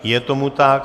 Je tomu tak.